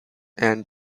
and